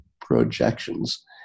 projections